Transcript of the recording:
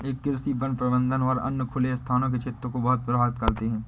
ये कृषि, वन प्रबंधन और अन्य खुले स्थान के क्षेत्रों को बहुत प्रभावित करते हैं